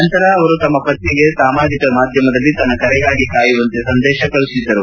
ನಂತರ ಇವರು ತಮ್ಮ ಪತ್ನಿಗೆ ಸಾಮಾಜಿಕ ಮಾಧ್ಯಮದಲ್ಲಿ ತನ್ನ ಕರೆಗಾಗಿ ಕಾಯುವಂತೆ ಸಂದೇಶ ಕಳುಹಿಸಿದ್ದರು